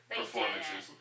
performances